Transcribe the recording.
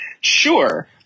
Sure